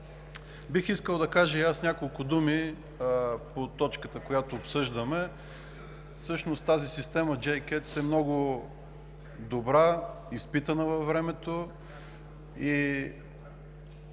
Бих искал да кажа и аз няколко думи по точката, която обсъждаме. Всъщност тази система JCATS е много добра, изпитана във времето, и във връзка